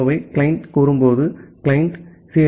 ஓவை client கூறும்போது client C